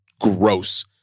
gross